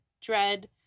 dread